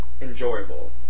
enjoyable